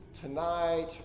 tonight